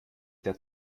der